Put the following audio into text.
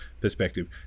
perspective